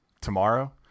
tomorrow